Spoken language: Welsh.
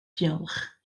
diolch